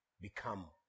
become